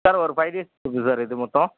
sir ஒரு five days trip sir இது மொத்தம்